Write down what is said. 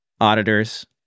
auditors